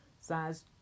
size